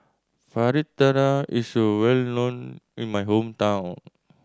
fritada is a well known in my hometown